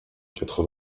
quatre